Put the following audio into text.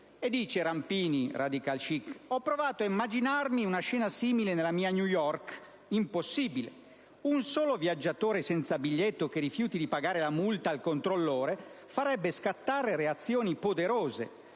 Dice Rampini, *radica-chic*: «Ho provato a immaginarmi una scena simile nella mia New York. Impossibile. Un solo viaggiatore senza biglietto che rifiuti di pagare la multa al controllore farebbe scattare reazioni poderose.